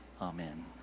Amen